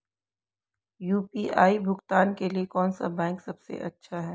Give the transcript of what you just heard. UPI भुगतान के लिए कौन सा बैंक सबसे अच्छा है?